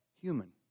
human